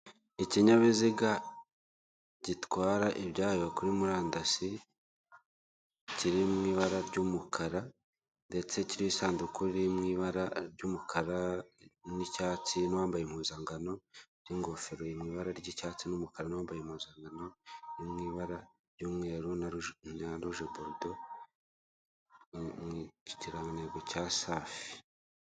Inzu ikoreramo ikigo cy'itumanaho cya emutiyeni, harimo abakozi bambaye imipira y'imihondo y'icyo kigo bari gusobanurira undi mugabo w'umwera ibiri ku gapapuro bari kureberaho.